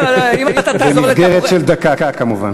במסגרת של דקה, כמובן.